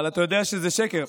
אבל אתה יודע שזה שקר.